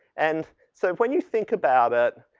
and so, when you think about it